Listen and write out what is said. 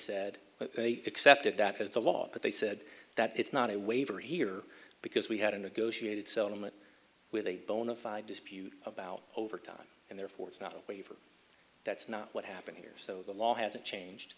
said they accepted that as a lot but they said that it's not a waiver here because we had a negotiated settlement with a bona fide dispute about over time and therefore it's not a waiver that's not what happened here so the law hasn't changed